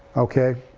okay.